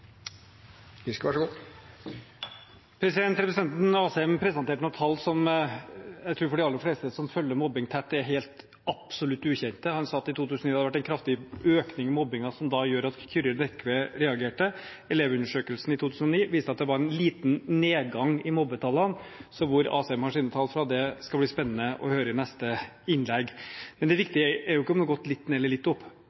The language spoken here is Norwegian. Representanten Asheim presenterte noen tall som jeg tror at for de aller fleste som følger mobbing tett, er absolutt helt ukjente. Han sa at det i 2009 hadde vært en kraftig økning i mobbing, som gjorde at Kyrre Lekve reagerte. Elevundersøkelsen i 2009 viste at det var en liten nedgang i mobbetallene, så hvor Asheim har sine tall fra, skal bli spennende å høre i neste innlegg. Men det